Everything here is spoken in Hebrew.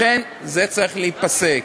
לכן זה צריך להיפסק.